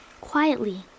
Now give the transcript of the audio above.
Quietly